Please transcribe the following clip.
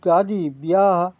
शादी बियाह